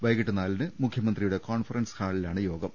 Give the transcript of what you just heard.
വൈകീട്ട് നാലിന് മുഖ്യമന്ത്രിയുടെ കോൺഫറൻസ് ഹാളിലാണ് യോഗം